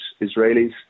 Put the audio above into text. Israelis